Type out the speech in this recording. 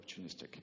opportunistic